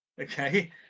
Okay